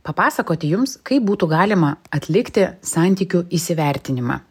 papasakoti jums kaip būtų galima atlikti santykių įsivertinimą